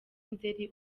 nzeri